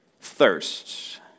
thirsts